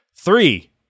three